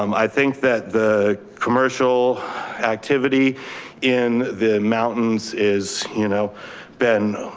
um i think that the commercial activity in the mountains is, you know been